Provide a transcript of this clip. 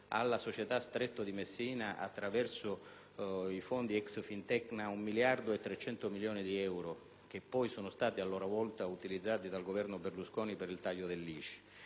alla società Stretto di Messina, attraverso i fondi ex Fintecna, 1 miliardo e 300 milioni di euro (che poi sono stati a loro volta utilizzati dal Governo Berlusconi per il taglio dell'ICI),